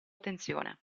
attenzione